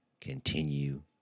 continue